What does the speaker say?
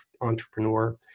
entrepreneur